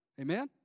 Amen